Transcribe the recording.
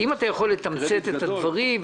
אם תוכל לתמצת את הדברים.